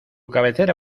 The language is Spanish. cabecera